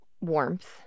warmth